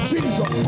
Jesus